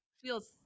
Feels